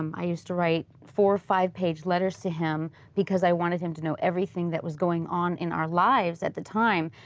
um i used to write four, five page letters to him because i wanted him to know everything that was going on in our lives at this time.